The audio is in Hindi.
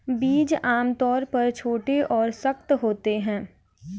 बीज आमतौर पर छोटे और सख्त होते हैं